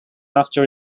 after